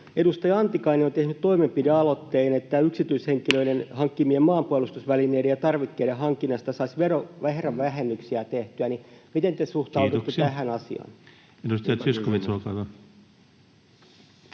edustaja Antikainen on tehnyt toimenpidealoitteen, että yksityishenkilöiden hankkimien maanpuolustusvälineiden ja -tarvikkeiden hankinnasta saisi verovähennyksiä tehtyä. Miten te suhtaudutte tähän asiaan? [Speech 126] Speaker: